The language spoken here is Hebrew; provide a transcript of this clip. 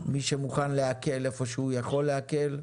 מי שמוכן להקל איפה שהוא יכול להקל.